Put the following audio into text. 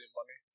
money